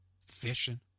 fishing